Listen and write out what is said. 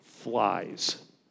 flies